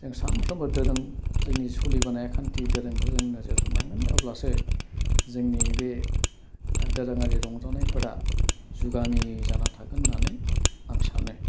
जों सामफ्रामबो दोरों जोंनि सोलिबोनाय खान्थि दोरोंखौ जों नोजोर होनांगोन अब्लासो जोंनि बे दोरोङारि रंजानायफोरा जुगामि जाना थागोन होन्नानै आं सानो